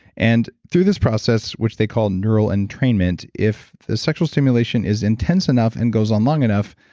and through this process, which they call neural entrainment, if the sexual stimulation is intense enough and goes on long enough,